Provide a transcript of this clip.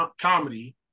comedy